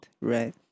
right